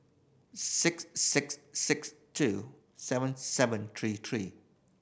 six six six two seven seven three three